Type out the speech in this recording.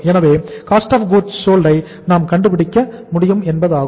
எனவே cost of goods sold ஐ நாம் கண்டுபிடிக்க முடியும் என்பதாகும்